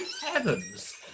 heavens